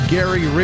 Gary